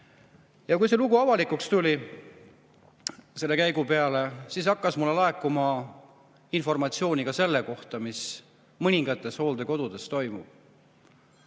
Kui see lugu avalikuks tuli selle käigu peale, siis hakkas mulle laekuma informatsiooni ka selle kohta, mis mõningates hooldekodudes toimub.